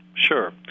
Sure